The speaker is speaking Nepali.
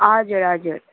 हजुर हजुर